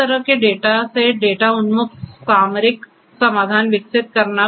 इस तरह के डेटा से डेटा उन्मुख सामरिक समाधान विकसित करना